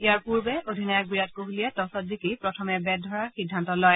ইয়াৰ পূৰ্বে অধিনায়ক বিৰাট কোহলীয়ে টছত জিকি প্ৰথমে বেট ধৰাৰ সিদ্ধান্ত লয়